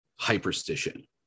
hyperstition